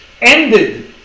ended